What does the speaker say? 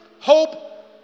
hope